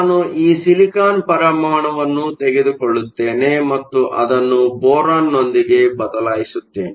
ನಾನು ಈ ಸಿಲಿಕಾನ್ ಪರಮಾಣುವನ್ನು ತೆಗೆದುಕೊಳ್ಳುತ್ತೇನೆ ಮತ್ತು ಅದನ್ನು ಬೋರಾನ್ನೊಂದಿಗೆ ಬದಲಾಯಿಸುತ್ತೇನೆ